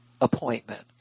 appointment